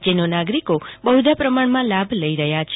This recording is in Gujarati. જેનો નાગરિકો બહુધા પ્રમાણમાં લાભ લઈ રહ્યા છે